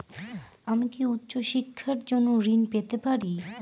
আমি কি উচ্চ শিক্ষার জন্য ঋণ পেতে পারি?